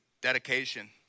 dedication